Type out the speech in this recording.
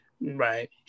Right